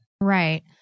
Right